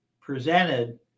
presented